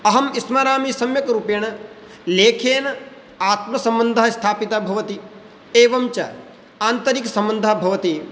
अहं स्मरामि सम्यक् रुपेण लेखेन आत्मसम्बन्धः स्थापितः भवति एवञ्च आन्तरिकसम्बन्धः भवति